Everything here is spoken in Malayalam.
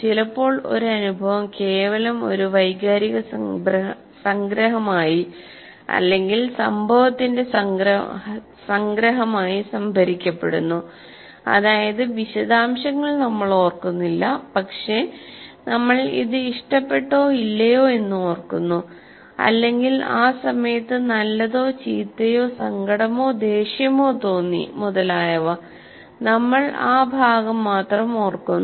ചിലപ്പോൾ ഒരു അനുഭവം കേവലം ഒരു വൈകാരിക സംഗ്രഹമായി അല്ലെങ്കിൽ സംഭവത്തിന്റെ സംഗ്രഹമായി സംഭരിക്കപ്പെടുന്നു അതായത് വിശദാംശങ്ങൾ നമ്മൾ ഓർക്കുന്നില്ല പക്ഷേ നമ്മൾ ഇത് ഇഷ്ടപ്പെട്ടോ ഇല്ലയോ എന്ന് ഓർക്കുന്നു അല്ലെങ്കിൽ ആ സമയത്ത് നല്ലതോ ചീത്തയോ സങ്കടമോ ദേഷ്യമോ തോന്നി മുതലായവ നമ്മൾ ആ ഭാഗം മാത്രം ഓർക്കുന്നു